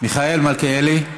מיכאל מלכיאלי,